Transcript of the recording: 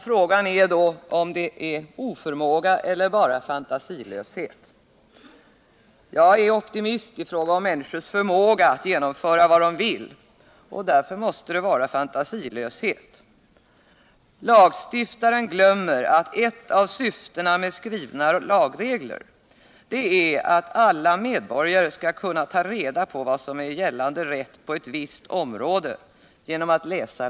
Frågan blir då om det är oförmåga eller bara fantasilöshet. Eftersom jag är optimist i fråga om människors förmåga att genomföra något de verkligen vill, måste det vara fantasilöshet. Lagstiftaren glömmer att ett av syftena med just skrivna lagregler är att alla medborgare genom att läsa lagtexten skall kunna ta reda på vad som är gällande rätt på ett visst område.